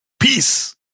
Peace